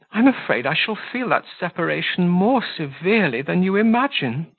i'm afraid i shall feel that separation more severely than you imagine.